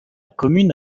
commune